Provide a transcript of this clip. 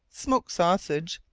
smoked sausage,